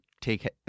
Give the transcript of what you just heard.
take